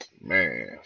Man